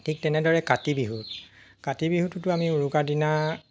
ঠিক তেনেদৰে কাতি বিহু কাতি বিহুটোতো আমি উৰুকা দিনা